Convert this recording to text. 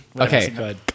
Okay